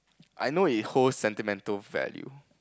I know it holds sentimental value